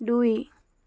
দুই